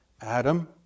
Adam